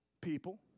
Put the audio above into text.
people